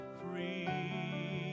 free